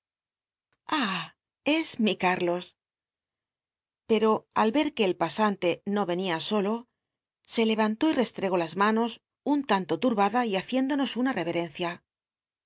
es mi cúl'los pero al ver que el pasante no yenia solo se levan tó y restregó las manos un tanto turbada y haciéndonos una reyerencia